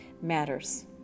matters